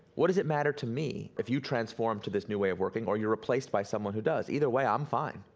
what does it matter to me if you transformed to this new way of working or you're replaced by someone who does, either way i'm fine.